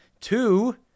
Two